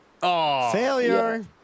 Failure